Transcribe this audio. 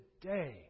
today